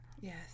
Yes